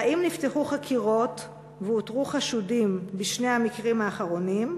1. האם נפתחו חקירות ואותרו חשודים בשני המקרים האחרונים?